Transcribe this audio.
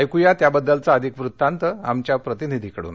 ऐकू या त्याबद्दलचा अधिकवृत्तांत आमच्या प्रतिनिधींकडून